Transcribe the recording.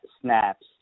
snaps